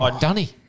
Dunny